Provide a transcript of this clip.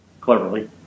cleverly